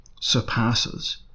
surpasses